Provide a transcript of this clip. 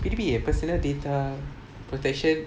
P_D_P_A personal data protection